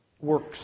works